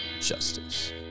justice